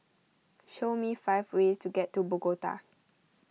show me five ways to get to Bogota